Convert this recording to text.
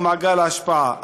או מעגל ההשפעה.